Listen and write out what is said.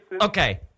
Okay